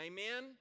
Amen